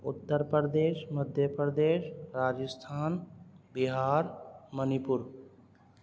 اُترپردیش مدھیہ پردیش راجستھان بِہار منی پور